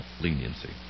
leniency